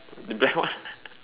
the black one